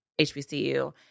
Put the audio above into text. HBCU